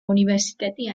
უნივერსიტეტი